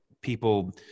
people